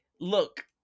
Look